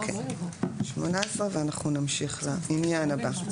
18 ואנחנו נמשיך לעניין הבא.